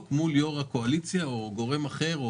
מול יושב-ראש הקואליציה או מול גורם אחר,